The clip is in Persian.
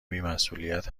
بیمسئولیت